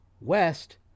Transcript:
West